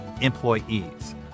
employees